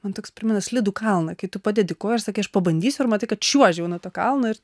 man toks primena slidų kalną kai tu padedi koją ir sakai aš pabandysiu ir matai kad čiuoži jau nuo to kalno ir